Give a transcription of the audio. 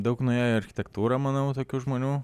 daug nuėjo į architektūrą manau tokių žmonių